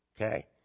Okay